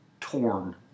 torn